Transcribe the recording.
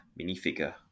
minifigure